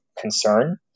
concern